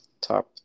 Top